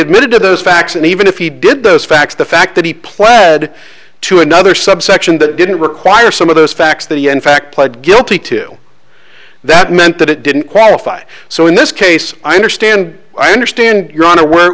admitted to those facts and even if he did those facts the fact that he pled to another subsection that didn't require some of those facts that he in fact pled guilty to that meant that it didn't qualify so in this case i understand i understand your